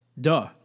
Duh